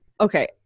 Okay